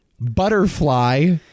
Butterfly